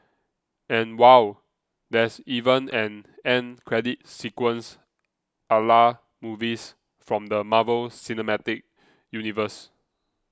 and wow there's even an end credit sequence a la movies from the Marvel cinematic universe